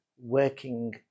working